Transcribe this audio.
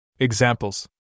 Examples